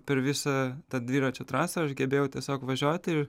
per visą tą dviračių trasą aš gebėjau tiesiog važiuoti ir